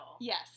Yes